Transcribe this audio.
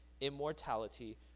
immortality